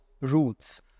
Roots